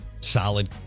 solid